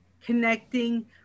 connecting